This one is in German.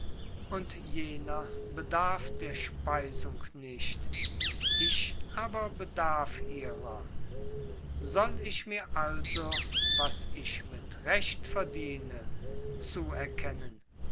und jener bedarf der speisung nicht ich aber bedarf ihrer soll ich mir also was ich mit recht verdiene zuerkennen